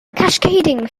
cascading